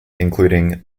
including